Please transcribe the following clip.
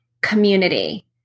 community